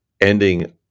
ending